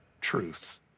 truth